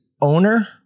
owner